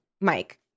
Mike